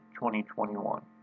2021